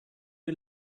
you